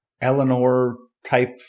Eleanor-type